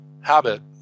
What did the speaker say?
habit